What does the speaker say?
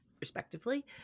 respectively